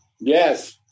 Yes